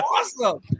awesome